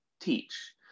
teach